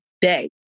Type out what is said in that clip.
day